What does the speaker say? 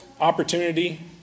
opportunity